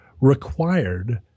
required